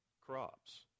crops